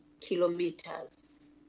kilometers